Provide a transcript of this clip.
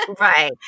Right